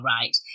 right